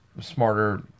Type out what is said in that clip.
smarter